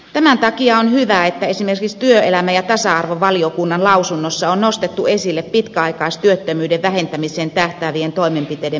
tämän takia on hyvä että esimerkiksi työelämä ja tasa arvovaliokunnan lausunnossa on nostettu esille pitkäaikaistyöttömyyden vähentämiseen tähtäävien toimenpiteiden merkitys